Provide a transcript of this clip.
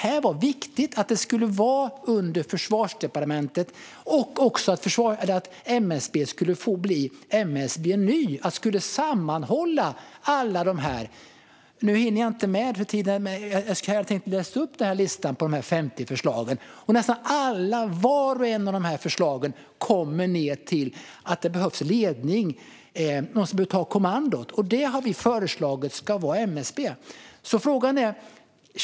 Det var viktigt att det skulle vara under Försvarsdepartementet och att MSB skulle få i uppdrag att sammanhålla allt. Nu hinner jag inte läsa upp listan på de 50 förslagen. Men nästan alla, vart och ett av dessa 50 förslag, kokar ned till att det behövs ledning. Någon behöver ta kommandot, och det har vi föreslagit ska vara MSB.